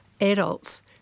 adults